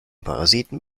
parasiten